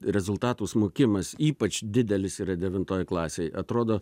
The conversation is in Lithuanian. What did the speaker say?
rezultatų smukimas ypač didelis yra devintoj klasėj atrodo